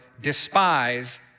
despise